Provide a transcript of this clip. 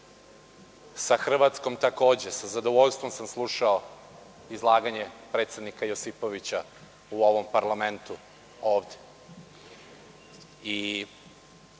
sa Hrvatskom takođe. Sa zadovoljstvom sam slušao izlaganje predsednika Josipovića u ovom parlamentu. Pored